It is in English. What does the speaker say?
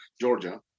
Georgia